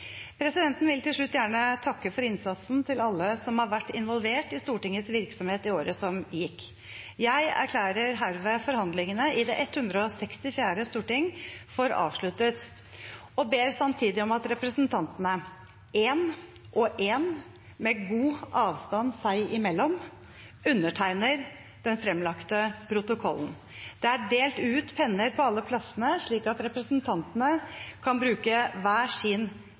Presidenten vil til slutt gjerne takke for innsatsen til alle som har vært involvert i Stortingets virksomhet i året som gikk. Jeg erklærer herved forhandlingene i det 164. storting for avsluttet, og ber samtidig om at representantene én og én – med god avstand seg imellom – undertegner den fremlagte protokollen. Det er delt ut penner på alle plassene, slik at representantene kan bruke hver sin